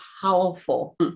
powerful